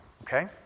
Okay